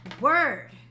word